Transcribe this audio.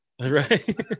Right